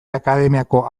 akademiako